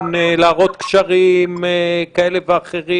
להראות קשרים כאלה ואחרים.